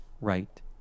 right